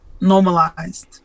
normalized